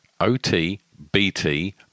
otbt